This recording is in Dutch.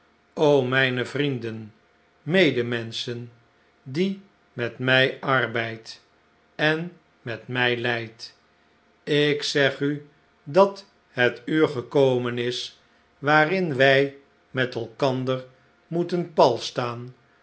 myne vrienden medemenschen die met mij arbeidt en met mij lijdt ik zeg u dat het stephen blackpool wokdt gehoord uur gekomen is waarin wij met elkander raoeten pal staan